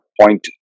point